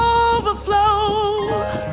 overflow